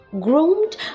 Groomed